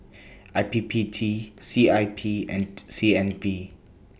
I P P T C I P and C N B